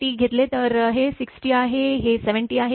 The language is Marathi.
5T घेतले तर हे 6T आहे हे 7T आहे